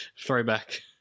Throwback